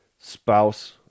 Spouse